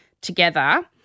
together